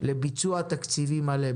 לביצוע תקציבי מלא,